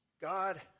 God